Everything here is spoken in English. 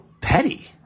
petty